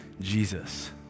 Jesus